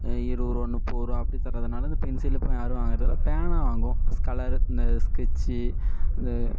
இருபது ரூவா முப்பது ரூவா அப்படி தர்றதனால இந்த பென்சிலை இப்போ யாரும் வாங்குறதில்லை பேனா வாங்குவோம் கலர் இந்த ஸ்கெட்சி இந்த